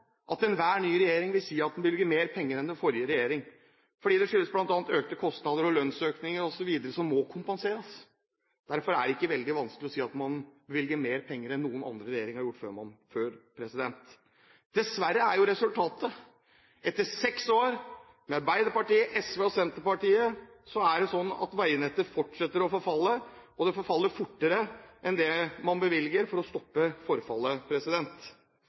at enhver ny regjering vil si at den bevilger mer penger enn den forrige regjering. Det skyldes bl.a. økte kostnader og lønnsøkninger osv., som må kompenseres. Derfor er det ikke veldig vanskelig å si at man bevilger mer penger enn noen annen regjering har gjort før. Dessverre er resultatet – etter seks år med Arbeiderpartiet, SV og Senterpartiet i regjering – at veinettet fortsetter å forfalle. Det forfaller fortere enn det man bevilger for å stoppe forfallet.